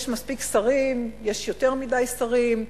יש מספיק שרים, יש יותר מדי שרים,